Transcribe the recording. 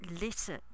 listen